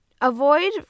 avoid